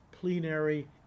plenary